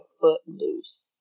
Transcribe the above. Footloose